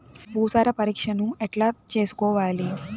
భూసార పరీక్షను ఎట్లా చేసుకోవాలి?